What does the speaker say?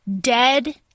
dead